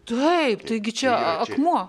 taip taigi čia akmuo